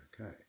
okay